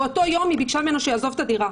באותו יום היא ביקשה ממנו שיעזוב את הדירה.